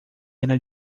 era